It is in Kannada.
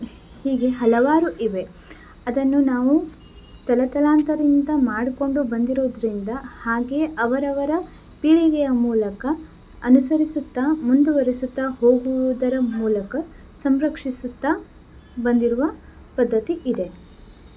ಹೀಗೆ ಹಲವಾರು ಇವೆ ಅದನ್ನು ನಾವು ತಲೆತಲಾಂತರದಿಂದ ಮಾಡಿಕೊಂಡು ಬಂದಿರುವುದರಿಂದ ಹಾಗೇ ಅವರವರ ಪೀಳಿಗೆಯ ಮೂಲಕ ಅನುಸರಿಸುತ್ತಾ ಮುಂದುವರಿಸುತ್ತಾ ಹೋಗುವುದರ ಮೂಲಕ ಸಂರಕ್ಷಿಸುತ್ತಾ ಬಂದಿರುವ ಪದ್ಧತಿ ಇದೆ